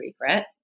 regret